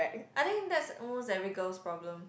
I think that's almost every girl's problem